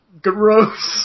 Gross